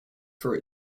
for